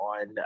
on